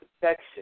protection